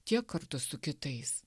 tiek kartu su kitais